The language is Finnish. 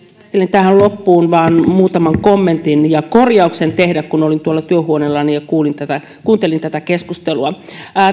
tähän loppuun vain muutaman kommentin ja korjauksen tehdä kun olin tuolla työhuoneellani ja kuuntelin tätä keskustelua